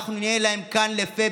אנחנו נהיה להם כאן לפה,